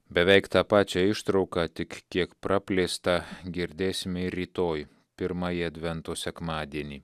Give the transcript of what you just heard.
beveik tą pačią ištrauką tik kiek praplėstą girdėsime ir rytoj pirmąjį advento sekmadienį